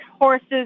horses